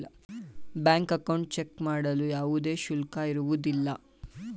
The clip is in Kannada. ಬ್ಯಾಂಕ್ ಅಕೌಂಟ್ ಚೆಕ್ ಮಾಡಲು ಯಾವುದೇ ಶುಲ್ಕ ಇರುವುದಿಲ್ಲ